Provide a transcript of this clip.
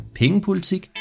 pengepolitik